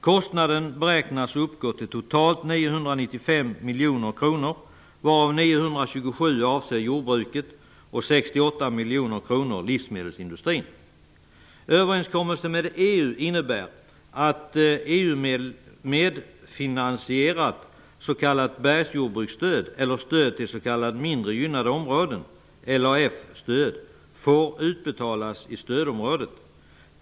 Kostnaden beräknas uppgå till totalt 995 miljoner kronor, varav 927 miljoner kronor avser jordbruket och 68 miljoner kronor livsmedelsindustrin. medfinansierat ett s.k. bergsjordbruksstöd eller stöd till s.k. mindre gynnade områden, LRF-stöd, som får utbetalas i stödområden.